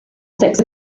six